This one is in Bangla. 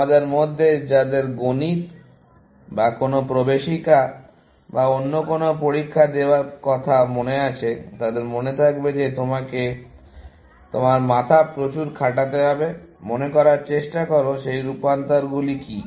তোমাদের মধ্যে যাদের গণিত বা কোনো প্রবেশিকা বা অন্য কোনো পরীক্ষা দেওয়ার কথা মনে আছে তাদের মনে থাকবে যে তোমাকে তোমার মাথা প্রচুর খাটাতে হবে মনে করার চেষ্টা করো সেই রূপান্তরগুলি কী